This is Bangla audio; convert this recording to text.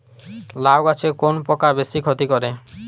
লাউ গাছে কোন পোকা বেশি ক্ষতি করে?